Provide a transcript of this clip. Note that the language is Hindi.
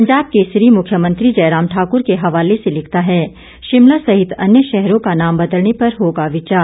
पंजाब केसरी मुख्यमंत्री जयराम ठाकुर के हवाले से लिखता है शिमला सहित अन्य शहरों का नाम बदलने पर होगा विचार